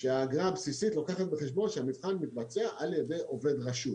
שהאגרה הבסיסית לוקחת בחשבון שהמבחן מתבצע על ידי עובד רשות.